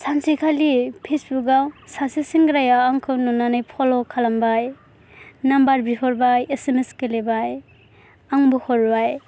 सानसेखालि फेसबुक आव सासे सेंग्राया आंखौ नुनानै फल' खालामबाय नाम्बार बिहरबाय एस एम एस गेलेबाय आंबो हरबाय